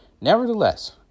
Nevertheless